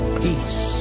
peace